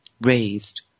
raised